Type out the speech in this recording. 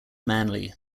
manly